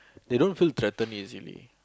they don't feel threatened easily